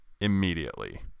immediately